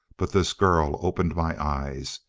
but this girl opened my eyes.